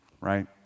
right